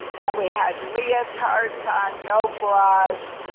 and we had leotards on, no bras,